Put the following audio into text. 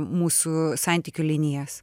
mūsų santykių linijas